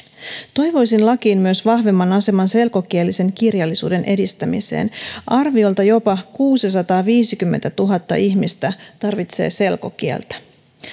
toivoisin lakiin myös vahvemman aseman selkokielisen kirjallisuuden edistämiseen arviolta jopa kuusisataaviisikymmentätuhatta ihmistä tarvitsee selkokieltä